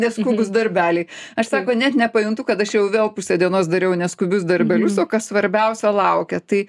neskubūs darbeliai aš sako net nepajuntu kad aš jau vėl pusę dienos dariau neskubius darbelius o kas svarbiausia laukia tai